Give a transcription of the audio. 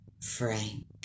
Frank